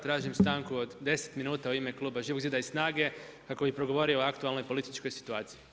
Tražim stanku od 10 minuta u ime kluba Živog zida i SNAGA-e kako bi progovorio o aktualnoj političkoj situaciji.